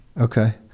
Okay